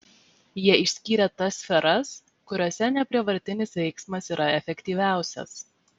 jie išskyrė tas sferas kuriose neprievartinis veiksmas yra efektyviausias